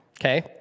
Okay